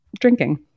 drinking